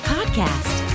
Podcast